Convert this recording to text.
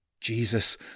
Jesus